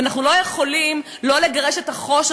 ואנחנו לא יכולים לא לגרש את החושך,